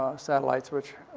ah satellites, which, ah,